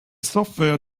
software